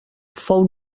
fou